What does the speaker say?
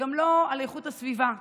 וגם לא לאיכות הסביבה,